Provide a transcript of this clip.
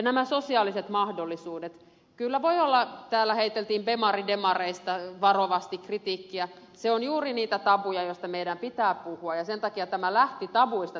nämä sosiaaliset mahdollisuudet kyllä voivat olla täällä heiteltiin bemaridemareista varovasti kritiikkiä juuri niitä tabuja joista meidän pitää puhua ja sen takia tämä hanke lähti tabuista